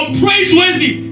praiseworthy